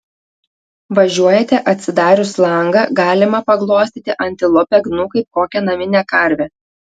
važiuojate atsidarius langą galima paglostyti antilopę gnu kaip kokią naminę karvę